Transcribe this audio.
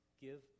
give